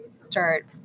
start